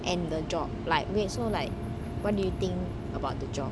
and the job like wait so like what do you think about the job